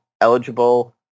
eligible